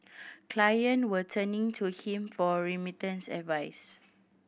client were turning to him for remittance advice